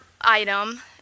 item